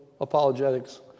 apologetics